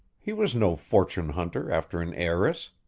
he was no fortune hunter after an heiress.